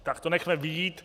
Tak to nechme být.